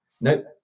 Nope